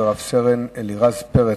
ושל רב-סרן אלירז פרץ,